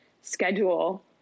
schedule